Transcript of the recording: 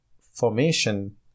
formation